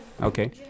Okay